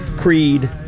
Creed